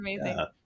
amazing